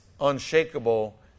unshakable